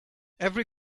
every